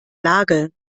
lage